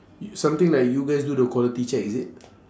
something like you guys do the quality check is it